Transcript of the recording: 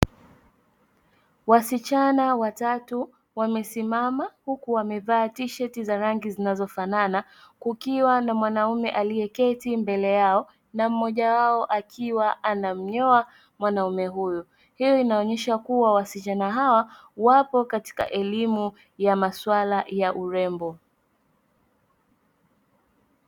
Wasichana watatu wamesimama huku wamevaa tisheti za rangi zinazofanana, kukiwa na mwanaume aliyeketi mbele yao na mmoja wao akiwa anamnyoa mwanaume huyo. Hiyo inaonyesha kuwa wasichana hawa wapo katika elimu ya masuala ya urembo.